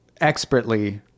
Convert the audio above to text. expertly